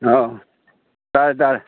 ꯑꯥꯎ ꯇꯥꯔꯦ ꯇꯥꯔꯦ